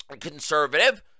conservative